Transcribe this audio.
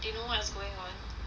they know what is going on